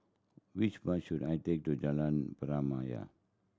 which bus should I take to Jalan Pernama